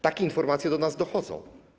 Takie informacje do nas dochodzą.